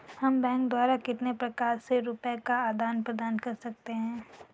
हम बैंक द्वारा कितने प्रकार से रुपये का आदान प्रदान कर सकते हैं?